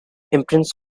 imprints